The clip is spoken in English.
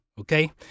Okay